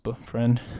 friend